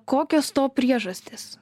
kokios to priežastys